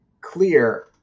clear